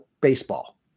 baseball